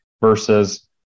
versus